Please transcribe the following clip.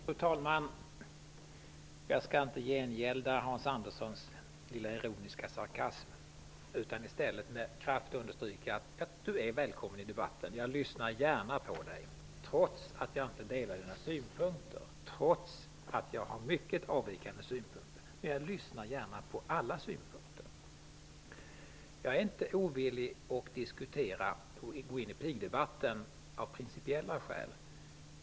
Fru talman! Jag skall inte gengälda Hans Anderssons lilla ironiska sarkasm utan i stället med kraft understryka att han är välkommen i debatten. Jag lyssnar gärna på honom, trots att jag inte delar hans synpunkter och har mycket avvikande synpunkter. Men jag lyssnar gärna på alla synpunkter. Jag är inte ovillig att diskutera pigdebatten av principiella skäl.